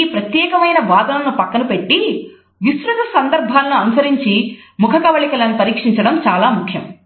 ఈ ప్రత్యేకమైన వాదనను పక్కన పెట్టి విస్తృత సందర్భాలను అనుసరించి ముఖకవళికలను పరీక్షించడం చాలా ముఖ్యం"